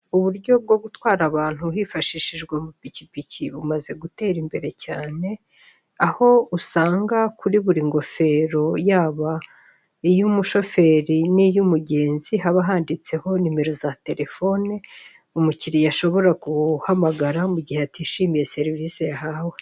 Uburyo bwo gutwara abantu hifashishijwe amapikipiki bumaze gutera imbere cyane, aho usanga kuri buri ngodero, yaba iy'umushoferi n'iy'umugenzi, haba handitse ho nimero za telefone, umukiriya shobora guhamagara igihe atishimiye serivisi yahawe.